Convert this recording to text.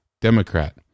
Democrat